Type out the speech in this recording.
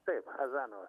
taip chazanovą